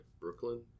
Brooklyn